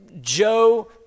Joe